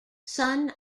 son